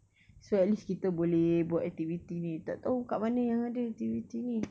so at least kita boleh buat activity ni tak tahu kat mana yang ada activity ni